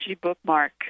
bookmark